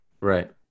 Right